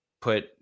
put